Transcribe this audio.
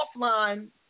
offline